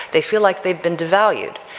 they feel like they've been devalued.